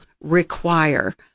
require